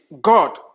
God